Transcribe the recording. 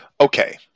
Okay